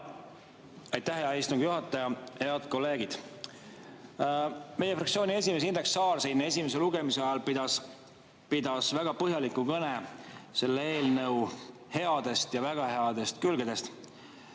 Aitäh, hea istungi juhataja! Head kolleegid! Meie fraktsiooni esimees Indrek Saar pidas siin esimese lugemise ajal väga põhjaliku kõne selle eelnõu headest ja väga headest külgedest.